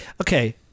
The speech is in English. Okay